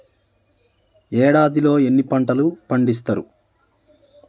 ఏడాదిలో ఎన్ని పంటలు పండిత్తరు?